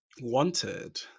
wanted